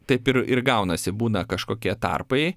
taip ir ir gaunasi būna kažkokie tarpai